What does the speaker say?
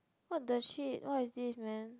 what the shit what is this man